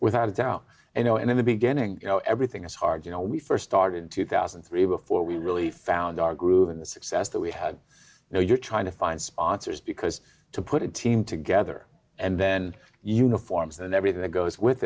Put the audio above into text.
without a doubt you know in the beginning you know everything is hard you know we st started in two thousand and three before we really found our groove and the success that we had now you're trying to find sponsors because to put it team together and then uniforms and everything that goes with